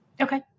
Okay